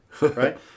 right